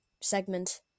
segment